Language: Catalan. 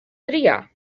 triar